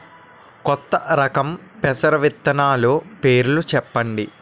కొత్త రకం పెసర విత్తనాలు పేర్లు చెప్పండి?